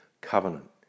covenant